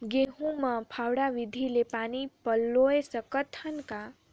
गहूं मे फव्वारा विधि ले पानी पलोय सकत हन का?